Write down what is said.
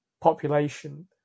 population